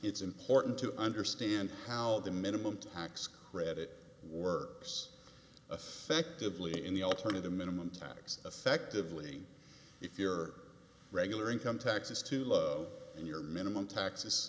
it's important to understand how the minimum tax credit works affectively in the alternative minimum tax effectively if your regular income tax is too low in your minimum taxes